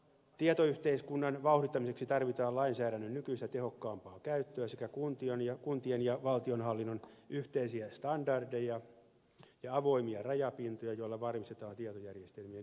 tietoyhteiskunnan vauhdittamiseksi tarvitaan lainsäädännön nykyistä tehokkaampaa käyttöä sekä kuntien ja valtionhallinnon yhteisiä standardeja ja avoimia rajapintoja joilla varmistetaan tietojärjestelmien yhteentoimivuus